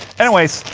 anyways,